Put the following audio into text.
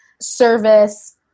service